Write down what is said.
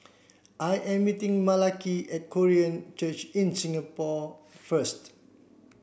I am meeting Malaki at Korean Church in Singapore first